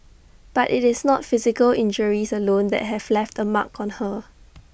but IT is not physical injuries alone that have left A mark on her